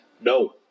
No